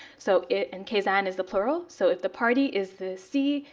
so it and kazan is the plural. so if the party is the sea,